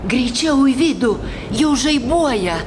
greičiau į vidų jau žaibuoja